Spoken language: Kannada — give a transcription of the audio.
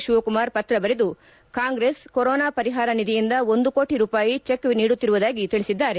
ಶಿವಕುಮಾರ್ ಪತ್ರ ಬರೆದು ಕಾಂಗ್ರೆಸ್ ಕೊರೊನಾ ಪರಿಹಾರ ನಿಧಿಯಿಂದ ಒಂದು ಕೋಟಿ ರೂಪಾಯಿ ಚೆಕ್ ನೀಡುತ್ತಿರುವುದಾಗಿ ತೀಸಿದ್ದಾರೆ